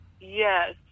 Yes